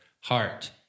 heart